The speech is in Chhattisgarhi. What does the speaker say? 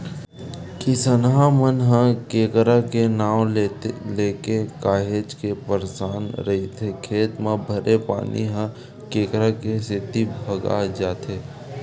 किसनहा मन ह केंकरा के नांव लेके काहेच के परसान रहिथे खेत म भरे पानी ह केंकरा के सेती भगा जाथे